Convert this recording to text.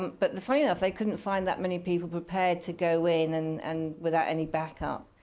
but funny enough, they couldn't find that many people prepared to go in and and without any backup.